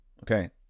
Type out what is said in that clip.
okay